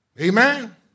amen